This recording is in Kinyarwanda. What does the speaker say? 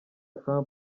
trump